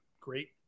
great